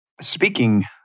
Speaking